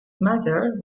mother